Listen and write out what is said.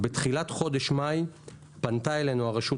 בתחילת חודש מאי פנתה אלינו הרשות